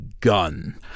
gun